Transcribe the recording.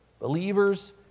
Believers